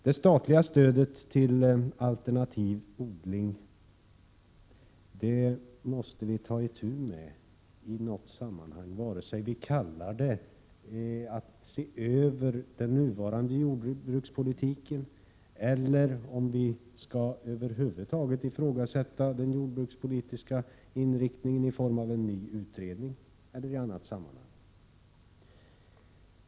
Det statliga stödet till alternativ odling måste vi ta itu med i något sammanhang, vare sig vi kallar det att se över den nuvarande jordbrukspolitiken eller över huvud taget ifrågasätter den jordbrukspolitiska inriktningen genom en ny utredning eller på annat sätt.